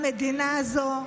למדינה הזו,